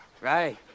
Right